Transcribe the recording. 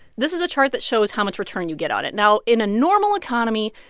this is a chart that shows how much return you get on it now, in a normal economy,